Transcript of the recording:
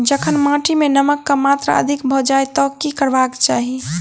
जखन माटि मे नमक कऽ मात्रा अधिक भऽ जाय तऽ की करबाक चाहि?